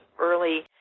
early